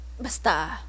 Basta